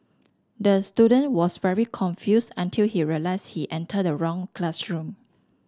the student was very confused until he realised he entered the wrong classroom